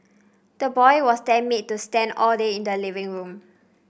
the boy was then made to stand all day in the living room